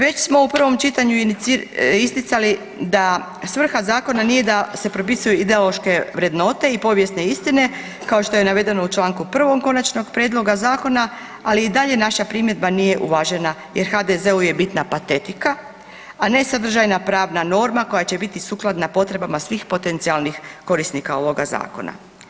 Već smo u prvom čitanju isticali da svrha zakona nije da se propisuju ideološke vrednote i povijesne istine kao što je navedeno u Članku 1. konačnog prijedloga zakona, ali i dalje naša primjedba nije uvažena jer HDZ-u je bitna patetika, a ne sadržajna pravna norma koja će biti sukladna potrebama svih potencijalnih korisnika ovoga zakona.